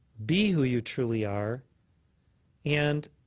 be who you truly are and